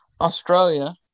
Australia